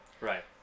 Right